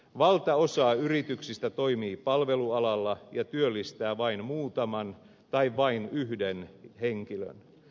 valtaosa yrityksistä toimii palvelualalla ja työllistää vain muutaman tai vain yhden henkilön